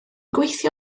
gweithio